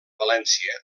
valència